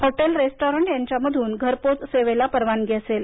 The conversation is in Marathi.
हॉटेल रेस्टॉरंट यांच्यामधून घरपोच सेवेला परवानगी असेल